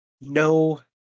no